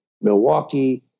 Milwaukee